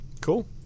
Cool